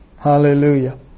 Hallelujah